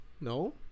no